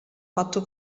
fatto